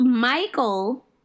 Michael